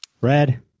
red